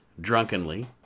drunkenly